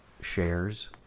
shares